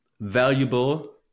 valuable